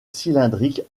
cylindrique